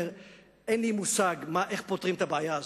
אין לי מושג איך פותרים את הבעיה הזאת.